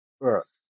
Earth